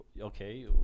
okay